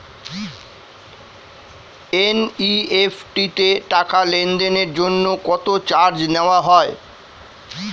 NEFT তে টাকা লেনদেনের জন্য কত চার্জ নেয়া হয়?